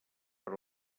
per